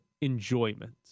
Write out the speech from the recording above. enjoyment